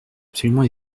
absolument